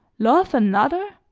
love another?